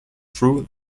through